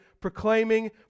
proclaiming